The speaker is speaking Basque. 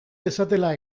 dezatela